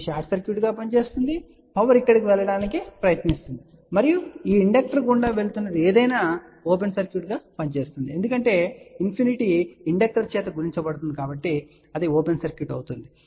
ఇది షార్ట్ సర్క్యూట్గా పనిచేస్తుంది పవర్ ఇక్కడకు వెళ్ళడానికి ప్రయత్నిస్తుంది మరియు ఈ ఇండక్టర్ గుండా వెళుతున్నది ఏదైనా ఓపెన్ సర్క్యూట్గా పనిచేస్తుంది ఎందుకంటే ఇన్ఫినిటీ ఇండక్టర్ చేత గుణించబడుతుంది అది ఓపెన్ సర్క్యూట్గా పనిచేస్తుంది